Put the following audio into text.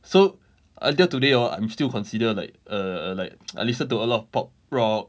so until today orh I'm still considered like uh like I listen to a lot of pop rock